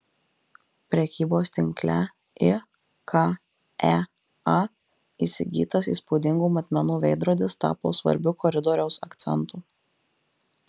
prekybos tinkle ikea įsigytas įspūdingų matmenų veidrodis tapo svarbiu koridoriaus akcentu